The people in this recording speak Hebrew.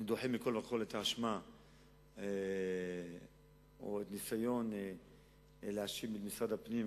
אני דוחה מכול וכול את האשמה או את הניסיון להאשים את משרד הפנים,